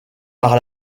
par